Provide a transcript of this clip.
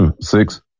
six